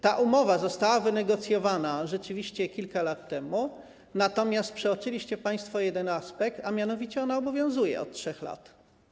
Ta umowa została wynegocjowana rzeczywiście kilka lat temu, natomiast przeoczyliście państwo jeden aspekt, a mianowicie ona obowiązuje od 3 lat.